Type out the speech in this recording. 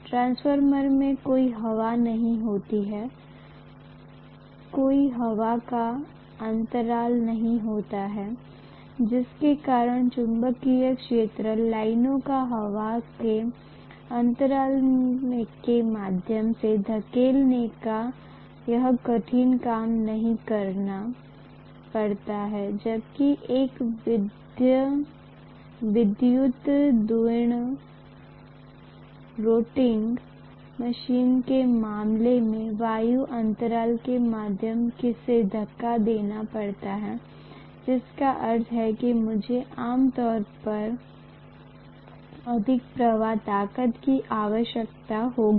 transformer में कोई हवा नहीं होती है कोई हवा का अंतराल नहीं होता है जिसके कारण चुंबकीय क्षेत्र लाइनों को हवा के अंतराल के माध्यम से धकेलने का यह कठिन काम नहीं करना पड़ता है जबकि एक विद्युत घूर्णन मशीन के मामले में वायु अंतराल के माध्यम से धक्का देना पड़ता है जिसका अर्थ है कि मुझे आम तौर पर अधिक प्रवाह ताकत की आवश्यकता होगी